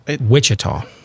Wichita